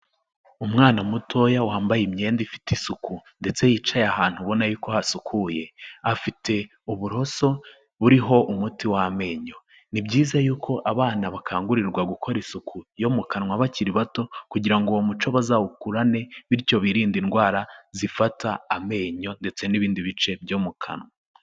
Umwana mutoya wambaye imyenda ifite isuku ndetse yicaye ahantu ubona yuko ko hasukuye, afite uburoso buriho umuti w'amenyo. Ni byiza yuko abana bakangurirwa gukora isuku yo mu kanwa bakiri bato kugira ngo uwo muco bazawukurane, bityo biririnde indwara zifata amenyo ndetse n'ibindi bice byo mu kanwa.